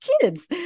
kids